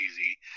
easy